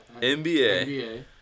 NBA